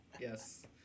yes